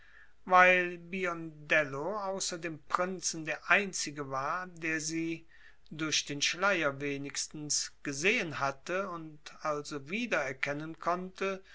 weil biondello außer dem prinzen der einzige war der sie durch den schleier wenigstens gesehen hatte und also wieder erkennen konnte